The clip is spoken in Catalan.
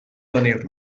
tenir